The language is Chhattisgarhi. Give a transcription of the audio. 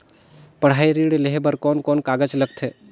पढ़ाई ऋण लेहे बार कोन कोन कागज लगथे?